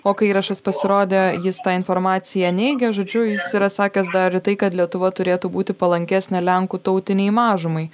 o kai įrašas pasirodė jis tą informaciją neigia žodžiu jis yra sakęs dar ir tai kad lietuva turėtų būti palankesnė lenkų tautinei mažumai